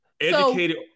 Educated